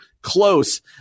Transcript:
Close